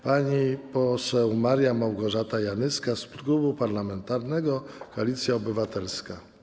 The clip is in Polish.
Pani poseł Maria Małgorzata Janyska z Klubu Parlamentarnego Koalicja Obywatelska.